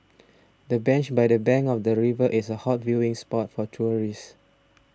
the bench by the bank of the river is a hot viewing spot for tourists